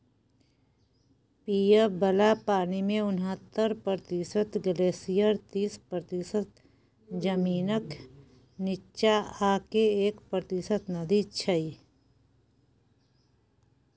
पीबय बला पानिमे उनहत्तर प्रतिशत ग्लेसियर तीस प्रतिशत जमीनक नीच्चाँ आ एक प्रतिशत नदी छै